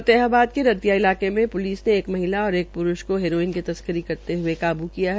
फतेहाबाद के रतिया इलाके में प्लिस ने एक महिला और एक प्रुष को हेरोइन की तस्करी करते हए काबू किया है